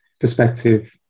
perspective